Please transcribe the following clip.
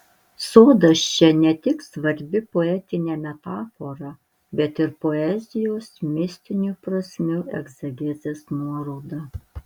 sodas čia ne tik svarbi poetinė metafora bet ir poezijos mistinių prasmių egzegezės nuoroda